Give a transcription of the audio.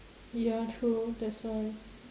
ya true that's why